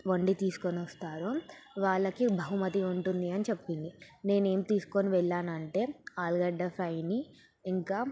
వండి తీసుకునొస్తారో వాళ్లకి బహుమతి ఉంటుంది అని చెప్పింది నేను ఏమి తీసుకొని వెళ్ళాను అంటే ఆలుగడ్డ ఫ్రైయిని ఇంకా